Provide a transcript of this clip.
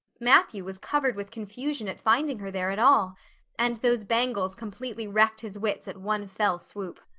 matthew was covered with confusion at finding her there at all and those bangles completely wrecked his wits at one fell swoop.